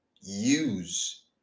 use